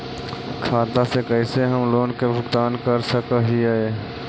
खाता से कैसे हम लोन के भुगतान कर सक हिय?